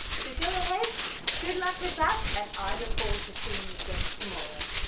so go ahead good luck with that and i look forward to seeing you again tomorrow.